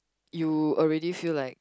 you already feel like